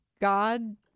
god